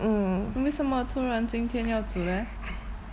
then 为什么突然今天要煮 leh